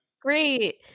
Great